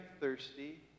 thirsty